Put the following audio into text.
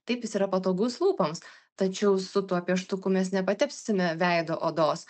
taip jis yra patogus lūpoms tačiau su tuo pieštuku mes nepatempsime veido odos